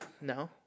No